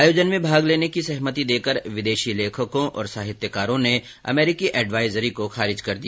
आयोजन में भाग लेने की सहमति देकर विदेशी लेखकों और साहित्यकारों ने अमेरिकी एडवाजरी को खारिज कर दिया